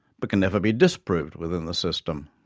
but can never be disproved within the system.